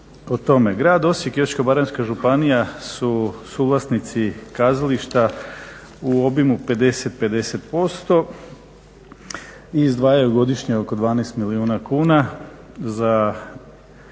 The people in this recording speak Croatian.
Grad Osijek i Osječko-baranjska županija su suvlasnici kazališta u obimu 50:50% i izdvajaju godišnje oko 12 milijuna kuna za Hrvatsko